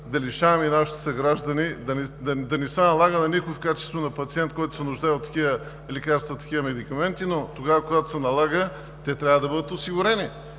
да лишаваме нашите съграждани, да не се налага на никого в качеството на пациент, който се нуждае от такива лекарства и такива медикаменти, но когато се налага, те трябва да бъдат осигурени.